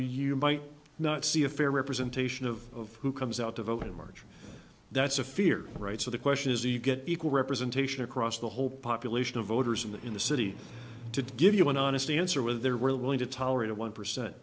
you might not see a fair representation of who comes out to vote in march that's a fear right so the question is you get equal representation across the whole population of voters in the in the city to give you an honest answer were they were willing to tolerate a one percent